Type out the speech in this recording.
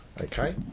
Okay